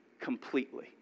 Completely